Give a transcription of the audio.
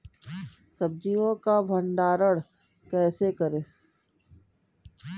सब्जियों का भंडारण कैसे करें?